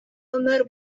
гомер